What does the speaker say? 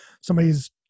Somebody's